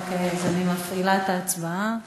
אוקיי, אז אני מפעילה את ההצבעה